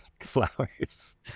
flowers